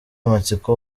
amatsiko